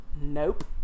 Nope